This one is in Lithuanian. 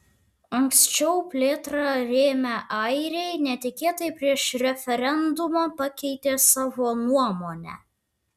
anksčiau plėtrą rėmę airiai netikėtai prieš referendumą pakeitė savo nuomonę